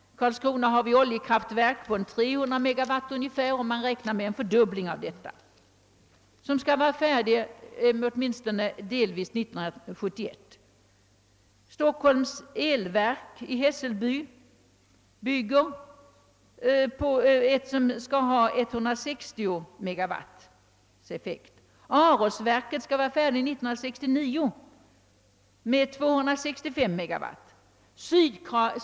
Karlskrona får ett oljekraftverk, som åtminstone delvis skall vara färdigt 1971, på ungefär 300 MW och man räknar med att effekten senare skall fördubblas. Stockholms elverk bygger i Hässelby ett kraftverk som skall ha en effekt på 160 MW. AB Aroskraft får 1969 ett kraftvärmeverk på 265 MW.